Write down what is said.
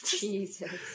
Jesus